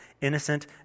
Innocent